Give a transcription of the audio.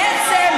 את צבועה.